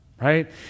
right